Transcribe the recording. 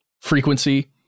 frequency